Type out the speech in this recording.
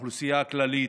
לאוכלוסייה הכללית.